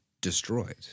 destroyed